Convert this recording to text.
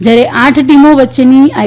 જ્યારે આઠ ટીમો વચ્ચેની આઇ